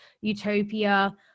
utopia